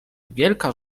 wielka